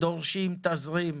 דורשים תזרים.